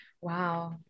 Wow